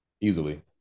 Easily